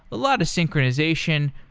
a lot of synchronization,